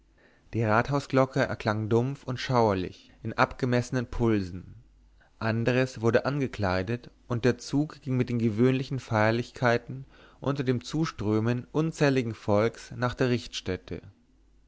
die rathausglocke erklang dumpf und schauerlich in abgemessenen pulsen andres wurde angekleidet und der zug ging mit den gewöhnlichen feierlichkeiten unter dem zuströmen unzähligen volks nach der richtstätte